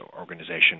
organization